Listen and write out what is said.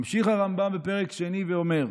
ממשיך הרמב"ם בפרק שני ואומר: